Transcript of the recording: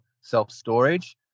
self-storage